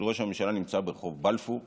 של ראש הממשלה נמצא ברחוב בלפור הידוע,